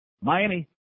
Miami